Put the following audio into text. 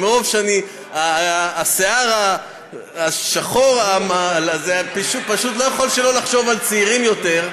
מרוב השיער השחור אני פשוט לא יכול שלא לחשוב על צעירים יותר.